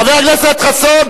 חבר הכנסת מופז,